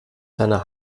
seiner